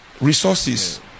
resources